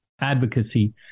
advocacy